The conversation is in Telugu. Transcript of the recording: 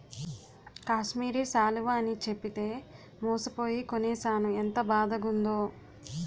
కాశ్మీరి శాలువ అని చెప్పితే మోసపోయి కొనీనాను ఎంత బాదగుందో